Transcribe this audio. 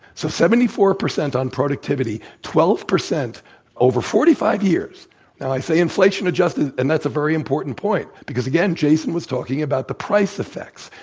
so, seventy four percent on productivity, twelve percent over forty five years real, now i say inflation adjusted and that's a very important point, because again, jason was talking about the price effects,